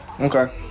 Okay